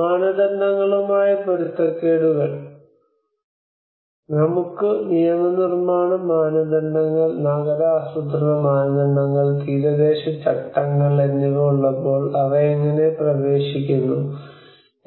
മാനദണ്ഡങ്ങളുമായി പൊരുത്തക്കേടുകൾ നമുക്ക് നിയമനിർമ്മാണ മാനദണ്ഡങ്ങൾ നഗര ആസൂത്രണ മാനദണ്ഡങ്ങൾ തീരദേശ ചട്ടങ്ങൾ എന്നിവ ഉള്ളപ്പോൾ അവ എങ്ങനെ പ്രവേശിക്കുന്നു